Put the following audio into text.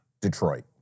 Detroit